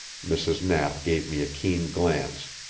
mrs. knapp gave me a keen glance.